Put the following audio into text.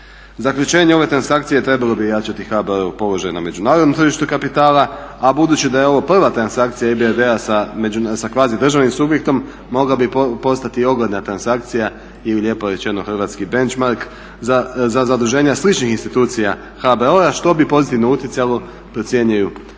Zaključenje ove transakcije trebao bi jačati HBOR na međunarodnom tržištu kapitala a budući da je ovo prva transakcija EBRD-a sa kvazidržavnim subjektom mogao bi postati i ogledna transakcija ili lijepo rečeno hrvatski bench mark za zaduženja sličnih institucija HBOR-a što bi pozitivno utjecalo procjenjuju dakle